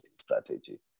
strategy